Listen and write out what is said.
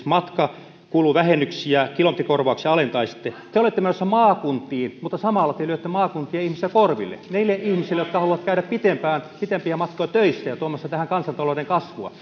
matkakuluvähennyksiä kilometrikorvauksia alentaisitte te olette menossa maakuntiin mutta samalle te lyötte maakuntien ihmisiä korville niille ihmisille jotka haluavat käydä pitempiä matkoja töissä ja olla tuomassa tähän kansantalouteen kasvua